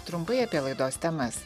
trumpai apie laidos temas